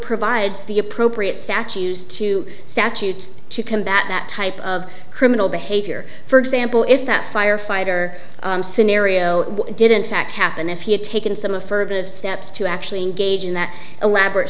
provides the appropriate satch used to sachi to combat that type of criminal behavior for example if that firefighter scenario did in fact happen if he had taken some affirmative steps to actually engage in that elaborate